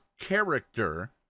character